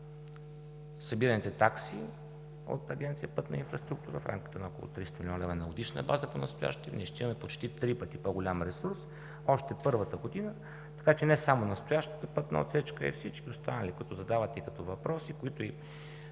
събираните такси от Агенция „Пътна инфраструктура“ в рамките на около 30 млн. лв. на годишна база понастоящем, ние ще имаме почти по-голям ресурс още първата година. Така че не само настоящата пътна отсечка, а всички останали, за които задавате въпроси, които